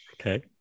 Okay